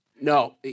No